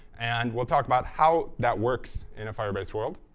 and we'll talk about how that works in a firebase world.